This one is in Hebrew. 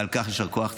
ועל כך יישר כוח.